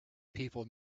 people